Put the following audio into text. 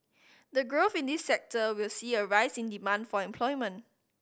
the growth in this sector will see a rise in demand for employment